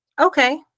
okay